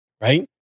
right